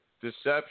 deception